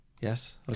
Yes